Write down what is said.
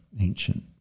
ancient